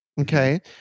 Okay